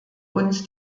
uns